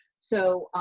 so,